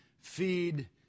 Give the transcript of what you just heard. feed